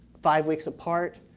five weeks apart.